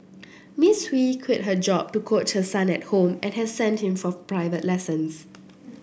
Miss Hui has quit her job to coach her son at home and has sent him for private lessons